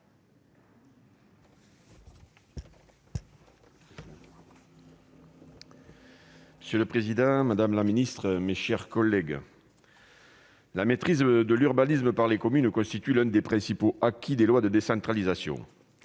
Monsieur le président, madame la ministre, mes chers collègues, la maîtrise de l'urbanisme par les communes constitue l'un des principaux acquis des lois de décentralisation.